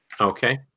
Okay